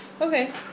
Okay